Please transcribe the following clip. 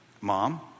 mom